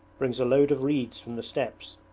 brings a load of reeds from the steppes,